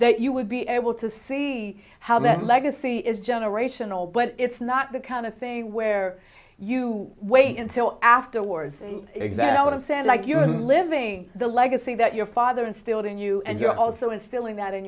that you would be able to see how that legacy is generational but it's not the kind of thing where you wait until afterwards and exactly what i'm saying like you are living the legacy that your father instilled in you and you're also instilling that in